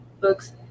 books